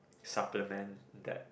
supplement that